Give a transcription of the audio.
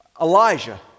Elijah